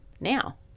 now